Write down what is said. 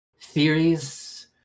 theories